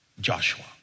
Joshua